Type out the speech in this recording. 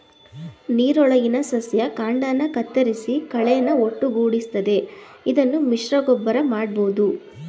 ನೀರೊಳಗಿನ ಸಸ್ಯ ಕಾಂಡನ ಕತ್ತರಿಸಿ ಕಳೆನ ಒಟ್ಟುಗೂಡಿಸ್ತದೆ ಇದನ್ನು ಮಿಶ್ರಗೊಬ್ಬರ ಮಾಡ್ಬೋದು